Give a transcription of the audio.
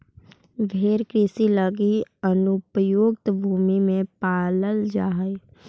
भेंड़ कृषि लगी अनुपयुक्त भूमि में पालल जा हइ